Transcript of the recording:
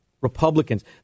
Republicans